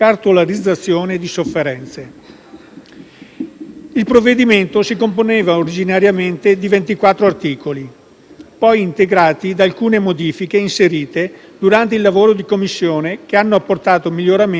Il provvedimento si componeva originariamente di 24 articoli, poi integrati da alcune modifiche inserite durante il lavoro di Commissione, che hanno apportato miglioramenti al testo in esame.